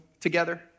together